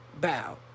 Bow